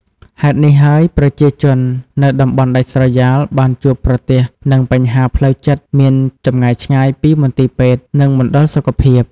ហេតុនេះហើយ ប្រជាជននៅតំបន់ដាច់ស្រយាលបានជួបប្រទះនឹង បញ្ហាផ្លូវមានចម្ងាយឆ្ងាយពីមន្ទីរពេទ្យ និងមណ្ឌលសុខភាព។